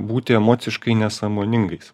būti emociškai nesąmoningais